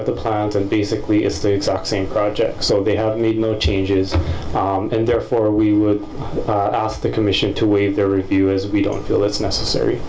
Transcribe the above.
at the plans and basically it's the exact same project so they have made no changes and therefore we would ask the commission to waive their review as we don't feel it's necessary